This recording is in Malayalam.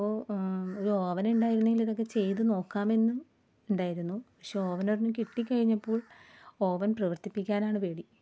അപ്പോൾ ഒര് ഓവനുണ്ടായിരുന്നെങ്കിലിതൊക്കെ ചെയ്ത് നോക്കാമെന്ന് ഉണ്ടായിരുന്നു പക്ഷേ ഓവനൊരണ്ണം കിട്ടി കഴിഞ്ഞപ്പോൾ ഓവൻ പ്രവർത്തിപ്പിക്കാനാണ് പേടി